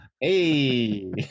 Hey